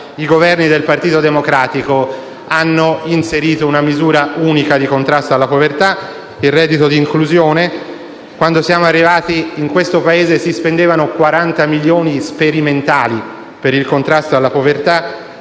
i Governi del Partito Democratico hanno inserito una misura unica di contrasto alla povertà: il reddito di inclusione. Quando siamo arrivati al Governo, in questo Paese si spendevano 40 milioni di euro sperimentali per il contrasto alla povertà;